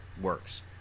works